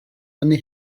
hynny